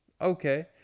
Okay